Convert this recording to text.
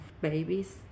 babies